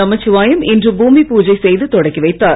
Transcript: நமச்சிவாயம் இன்று பூமி பூஜை செய்து தொடக்கி வைத்தார்